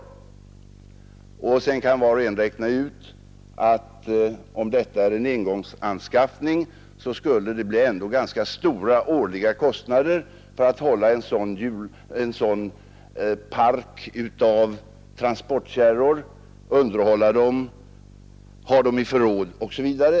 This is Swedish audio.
När engångsanskaffningen blir så dyrbar kan var och en räkna ut att det skulle bli ganska stora årliga kostnader för att hålla en sådan park av transportkärror — att underhålla dem, att ha dem i förråd osv.